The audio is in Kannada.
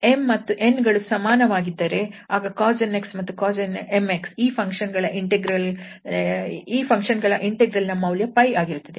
𝑚 ಮತ್ತು 𝑛 ಗಳು ಸಮಾನವಾಗಿದ್ದರೆ ಆಗ cos 𝑛𝑥 ಮತ್ತು cos 𝑚𝑥 ಈ ಫಂಕ್ಷನ್ ಗಳ ಇಂಟೆಗ್ರಲ್ ನ ಮೌಲ್ಯ 𝜋 ಆಗಿರುತ್ತದೆ